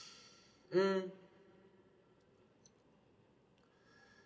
mm